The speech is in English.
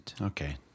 Okay